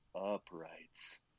uprights